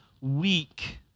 weak